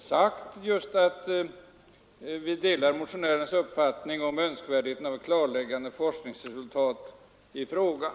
sagt just att vi ”delar motionärernas uppfattning om önskvärdheten av klarläggande forskningsresultat i frågan”.